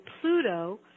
Pluto